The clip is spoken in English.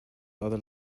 other